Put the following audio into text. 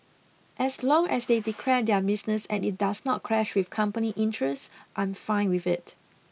as long as they declare their business and it does not clash with company interests I'm fine with it